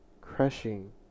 Crushing